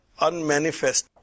unmanifest